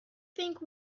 think